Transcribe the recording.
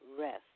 rest